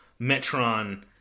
Metron